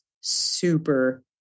super